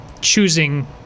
choosing